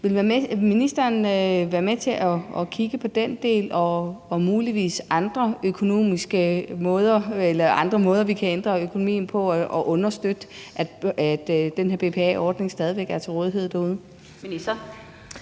Vil ministeren være med til at kigge på den del og muligvis andre måder, vi kan ændre økonomien på, og understøtte, at den her BPA-ordning stadig væk er til rådighed derude?